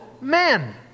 men